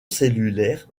cellulaire